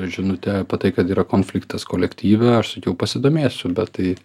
žinute apie tai kad yra konfliktas kolektyve aš sakiau pasidomėsiu bet tai